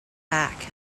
back